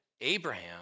Abraham